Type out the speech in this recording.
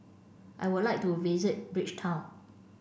I would like to visit Bridgetown